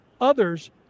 others